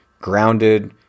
grounded